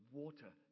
water